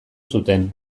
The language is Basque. zuten